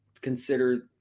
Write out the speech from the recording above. consider